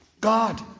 God